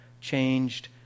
changed